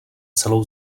celou